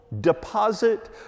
deposit